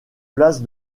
place